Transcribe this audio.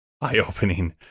eye-opening